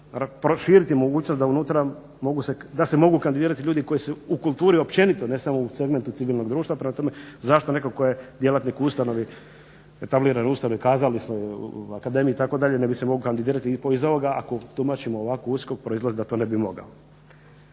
da se mogu kandidirati ljudi koji se u kulturi općenito ne samo u segmentu civilnog društva. Prema tome, zašto netko tko je djelatnik u ustanovi, …/Govornik se ne razumije./… kazališnoj akademiji itd. ne bi se mogao kandidirati iz ovoga ako tumačimo ovako usko proizlazi da to ne bi mogao.